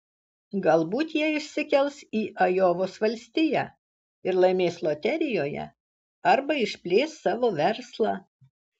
galbūt jie išsikels į ajovos valstiją ir laimės loterijoje arba išplės savo verslą